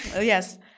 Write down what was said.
Yes